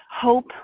hope